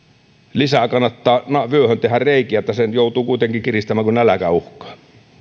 lisää kannattaa vyöhön tehdä reikiä koska sen joutuu kuitenkin kiristämään kun nälkä uhkaa